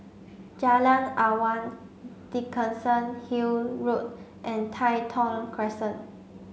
Jalan Awang Dickenson Hill Road and Tai Thong Crescent